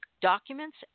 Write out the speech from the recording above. documents